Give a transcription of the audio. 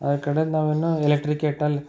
ಆ ಕಡೆ ನಾವು ಇನ್ನೂ ಎಲೆಕ್ಟ್ರಿಕ್ ಕೇಟಲ್